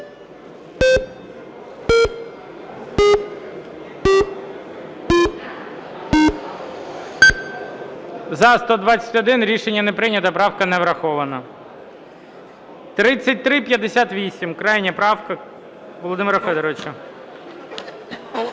За-121 Рішення не прийнято. Правка не врахована. 3358. Крайня правка Володимира Федоровича.